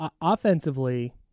offensively